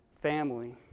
family